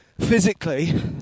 Physically